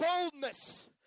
boldness